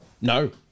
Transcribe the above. No